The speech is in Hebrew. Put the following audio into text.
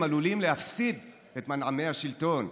הם עלולים להפסיד את מנעמי השלטון.